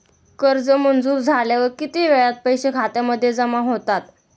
कर्ज मंजूर झाल्यावर किती वेळात पैसे खात्यामध्ये जमा होतात?